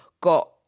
got